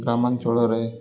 ଗ୍ରାମାଞ୍ଚଳରେ